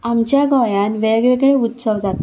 आमच्या गोंयान वेग वेगळे उत्सव जातात